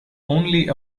only